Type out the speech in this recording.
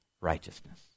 righteousness